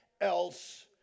else